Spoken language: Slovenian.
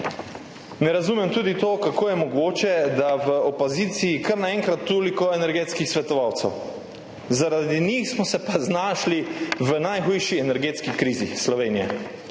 Ne razumem tudi tega, kako je mogoče, da je v opoziciji kar naenkrat toliko energetskih svetovalcev, zaradi njih smo se pa znašli v najhujši energetski krizi Slovenije.